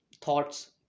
thoughts